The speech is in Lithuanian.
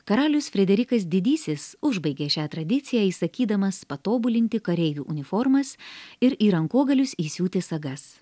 karalius frederikas didysis užbaigė šią tradiciją įsakydamas patobulinti kareivių uniformas ir į rankogalius įsiūti sagas